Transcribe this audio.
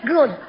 Good